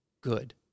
good